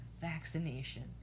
vaccination